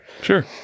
sure